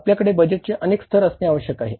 आपल्याकडे बजेटचे अनेक स्तर असणे आवश्यक आहे